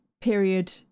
period